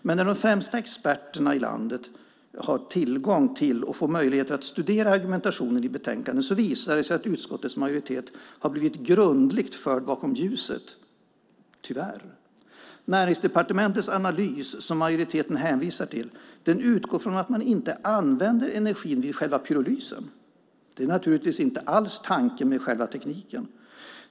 Men när de främsta experterna i landet har fått tillgång till och möjlighet att studera argumentationen i betänkandet visar det sig att utskottets majoritet har blivit grundligt förd bakom ljuset, tyvärr. Näringsdepartementets analys som majoriteten hänvisar till utgår från att man inte använder energin vid själva pyrolysen. Det är naturligtvis inte alls tanken med själva tekniken.